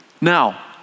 Now